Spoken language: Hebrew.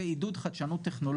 מערכות מידע ודיווח חשבונאיות,